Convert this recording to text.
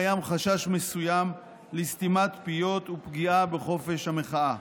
קיים חשש מסוים לסתימת פיות ולפגיעה בחופש המחאה.